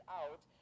out